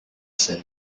scène